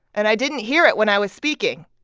and i didn't hear it when i was speaking.